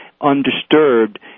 undisturbed